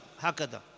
Hakada